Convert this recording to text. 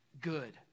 good